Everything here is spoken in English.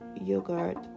yogurt